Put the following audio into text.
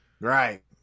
right